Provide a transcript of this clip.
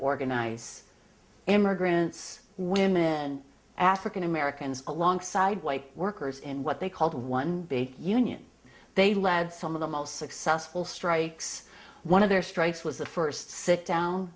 organize immigrants women and african americans alongside white workers in what they called one big union they led some of the most successful strikes one of their strikes was the first sit down